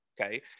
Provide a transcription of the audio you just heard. Okay